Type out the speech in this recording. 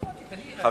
בבקשה.